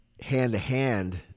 hand-to-hand